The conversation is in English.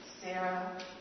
Sarah